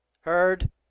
Heard